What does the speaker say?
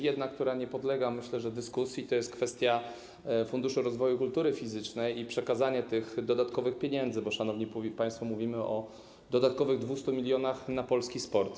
Jedna, która nie podlega dyskusji, to jest kwestia Funduszu Rozwoju Kultury Fizycznej i przekazania dodatkowych pieniędzy, bo, szanowni państwo, mówimy o dodatkowych 200 mln zł na polski sport.